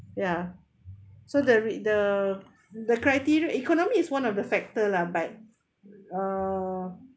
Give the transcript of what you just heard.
ya so the re~ the the criteria economy is one of the factor lah but uh